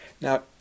Now